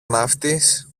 ναύτης